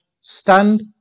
Stand